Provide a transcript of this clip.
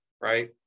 right